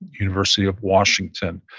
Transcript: university of washington,